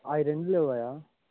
అవి రెండు లేవు అయ్యా